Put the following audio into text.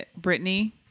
Britney